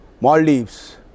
Maldives